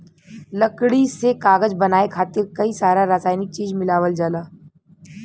लकड़ी से कागज बनाये खातिर कई सारा रासायनिक चीज मिलावल जाला